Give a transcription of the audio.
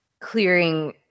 clearing